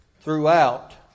throughout